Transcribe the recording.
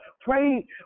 pray